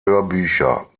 hörbücher